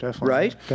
right